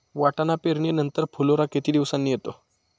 वाटाणा पेरणी नंतर फुलोरा किती दिवसांनी येतो?